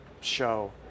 show